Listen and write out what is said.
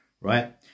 right